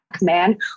man